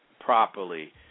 properly